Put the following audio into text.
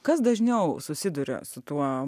kas dažniau susiduria su tuo